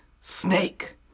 Snake